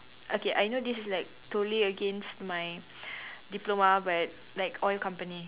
okay I know this is like totally against my diploma but like oil company